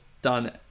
done